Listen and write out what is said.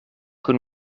kun